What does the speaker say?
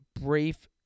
brief